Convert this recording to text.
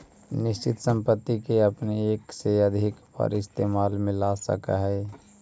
निश्चित संपत्ति के अपने एक से अधिक बार इस्तेमाल में ला सकऽ हऽ